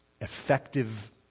effective